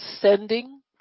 sending